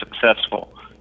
successful